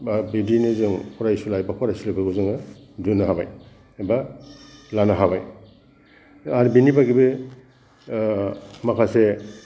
बा बिदिनो जों फरायसुला एबा फरायसुलिफोरखौ जोङो दिहुन्नो हाबाय एबा लानो हाबाय आरो बेनि बादैबो माखासे